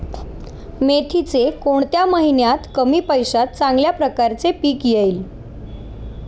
मेथीचे कोणत्या महिन्यात कमी पैशात चांगल्या प्रकारे पीक येईल?